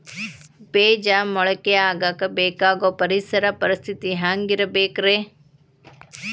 ಬೇಜ ಮೊಳಕೆಯಾಗಕ ಬೇಕಾಗೋ ಪರಿಸರ ಪರಿಸ್ಥಿತಿ ಹ್ಯಾಂಗಿರಬೇಕರೇ?